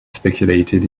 speculated